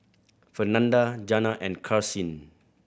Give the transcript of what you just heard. Fernanda Jana and Karsyn